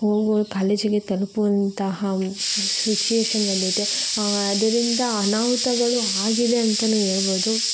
ಹೋಗೊ ಕಾಲೇಜಿಗೆ ತಲುಪುವಂತಹ ಸಿಚುಯೇಷನಲ್ಲಿದೆ ಅದರಿಂದ ಅನಾಹುತಗಳು ಆಗಿದೆ ಅಂತಾನು ಹೇಳ್ಬೋದು